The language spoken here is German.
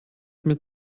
mit